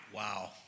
Wow